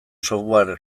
software